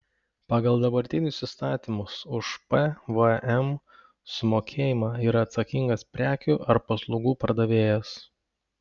pagal dabartinius įstatymus už pvm sumokėjimą yra atsakingas prekių ar paslaugų pardavėjas